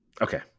okay